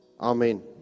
amen